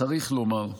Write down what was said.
צריך לומר,